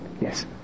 Yes